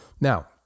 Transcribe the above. Now